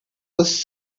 was